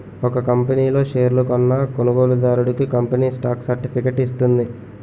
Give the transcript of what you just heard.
ఒక కంపనీ లో షేర్లు కొన్న కొనుగోలుదారుడికి కంపెనీ స్టాక్ సర్టిఫికేట్ ఇస్తుంది